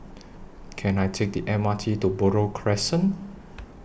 Can I Take The M R T to Buroh Crescent